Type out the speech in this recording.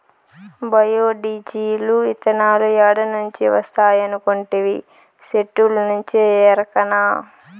bio diesel, ఇతనాలు ఏడ నుంచి వస్తాయనుకొంటివి, సెట్టుల్నుంచే ఎరకనా